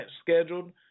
scheduled